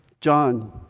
John